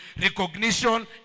Recognition